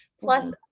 plus